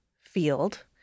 field